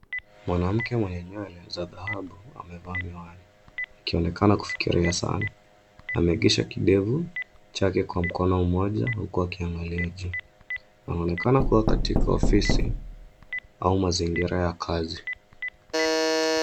Mwanamke mwenye nywele za dhahabu amevaa miwani akionekana kufikiria sana. Amewekesha kidevu chake kwa mikono mmoja huku akiangalia juu. Anaonekana kuwa katika ofisi au mazingira ya kazi.